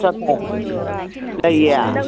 ꯑꯆꯥꯊꯥꯎ ꯂꯩꯌꯦ